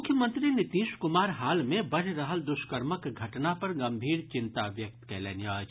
मुख्यमंत्री नीतीश कुमार हाल मे बढ़ि रहल दुष्कर्मक घटना पर गम्भीर चिंता व्यक्त कयलनि अछि